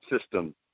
system